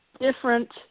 different